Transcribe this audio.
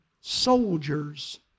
soldiers